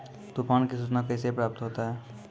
तुफान की सुचना कैसे प्राप्त होता हैं?